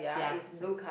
ya